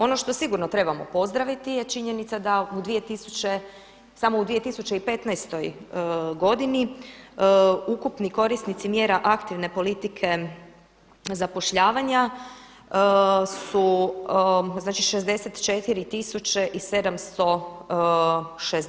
Ono što sigurno trebamo pozdraviti je činjenica da samo u 2015. godini ukupni korisnici mjera aktivne politike zapošljavanja su, znači 64760.